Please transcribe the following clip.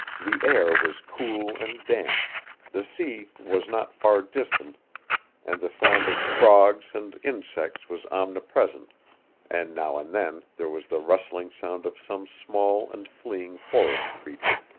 the air was cool and damp the sea was not far distant and the sound of frogs and insects was omnipresent and now and then there was the rustling sound of some small and fleeing forest creature.